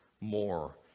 more